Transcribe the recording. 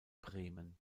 bremen